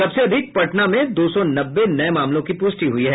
सबसे अधिक पटना में दो सौ नब्बे नये मामलों की प्रष्टि हुई है